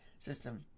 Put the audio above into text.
System